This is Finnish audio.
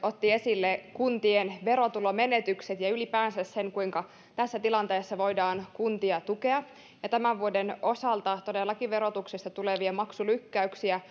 otti esille kuntien verotulomenetykset ja ylipäänsä sen kuinka tässä tilanteessa voidaan kuntia tukea tämän vuoden osalta todellakin verotuksesta tulevia maksulykkäyksiä